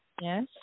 Yes